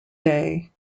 day